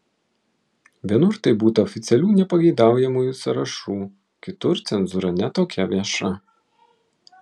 vienur tai būta oficialių nepageidaujamųjų sąrašų kitur cenzūra ne tokia vieša